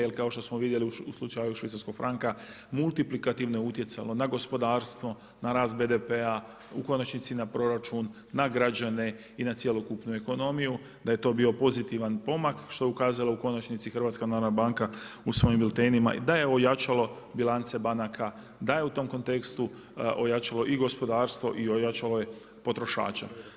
Jer kao što smo vidjeli u slučaju švicarskog franka multiplikativno je utjecalo na gospodarstvo, na rast BDP-a, u konačnici na proračun, na građane i na cjelokupnu ekonomiju, da je to bio pozitivan pomak što je ukazalo u konačnici Hrvatska narodna banka u svojim biltenima, da je ojačalo bilance banaka, da je u tom kontekstu ojačalo i gospodarstvo i ojačalo je potrošača.